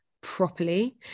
properly